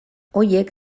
horiek